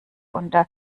unter